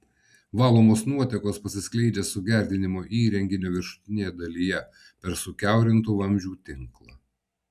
valomos nuotekos pasiskleidžia sugerdinimo įrenginio viršutinėje dalyje per sukiaurintų vamzdžių tinklą